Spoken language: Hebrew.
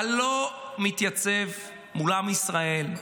אתה לא מתייצב מול עם ישראל.